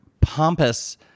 pompous